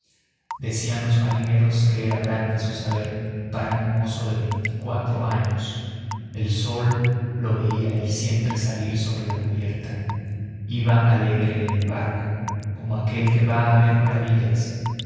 decían los marineros que era grande su saber para un mozo de veinticuatro años el sol lo veía él siempre salir sobre cubierta iba alegre en el barco como aquel que va a ver maravillas